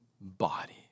body